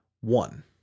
One